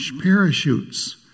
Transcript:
parachutes